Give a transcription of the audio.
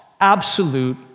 absolute